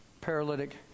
paralytic